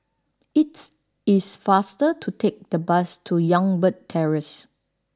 it is faster to take the bus to Youngberg Terrace